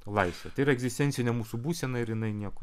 laisvę tai yra egzistencinė mūsų būsena ir jinai nieko